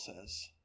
says